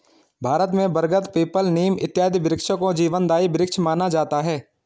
भारत में बरगद पीपल नीम इत्यादि वृक्षों को जीवनदायी वृक्ष माना जाता है